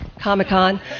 Comic-Con